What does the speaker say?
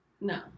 No